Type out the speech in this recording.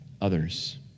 others